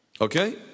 Okay